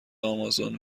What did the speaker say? آمازون